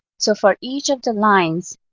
so for each of the lines,